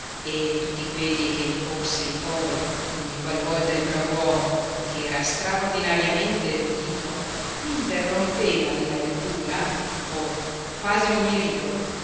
e tutti quelli che gli porsi poi ogni qualvolta il brav'uomo ch'era straordinariamente erudito m'interrompeva nella lettura oh